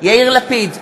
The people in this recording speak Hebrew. יאיר לפיד,